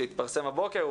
שהתפרסם הבוקר,